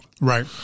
Right